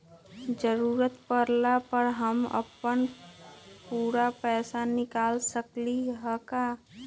जरूरत परला पर हम अपन पूरा पैसा निकाल सकली ह का?